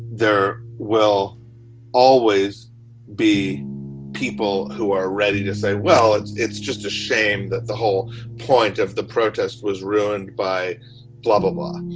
there will always be people who are ready to say, well, it's it's just a shame that the whole point of the protests was ruined by blah, blah, blah.